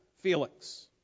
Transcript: Felix